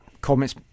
comments